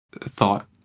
thought